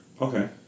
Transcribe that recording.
okay